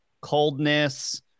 coldness